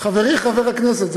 חברִי חבר הכנסת,